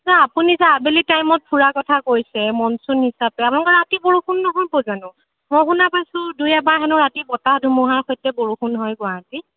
অঁ আপুনি যে আবেলি টাইমত ফুৰা কথা কৈছে মনচুন হিচাপে আপোনালোকৰ ৰাতি বৰষুণ নহ'ব জানোঁ মই শুনা পাইছোঁ দুই এবাৰ হেনো ৰাতি বতাহ বৰষুণৰ সৈতে বৰষুণ হয় গুৱাহাটীত